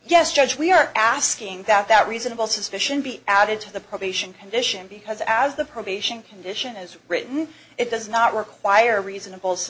yes judge we are asking that that reasonable suspicion be added to the probation condition because as the probation condition is written it does not require reasonable